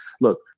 look